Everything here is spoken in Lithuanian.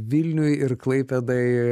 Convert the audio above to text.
vilniui ir klaipėdai